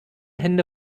hände